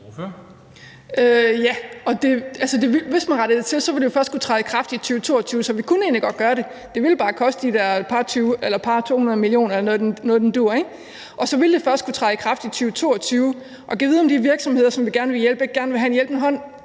hvis man rettede det til, ville det først kunne træde i kraft i 2022, så vi kunne egentlig godt gøre det. Det ville bare koste de der 200 mio. kr. eller noget i den dur, ikke? Og så ville det først kunne træde i kraft i 2022. Og gad vide, om de virksomheder, som vi gerne vil hjælpe, ikke gerne vil have en hjælpende hånd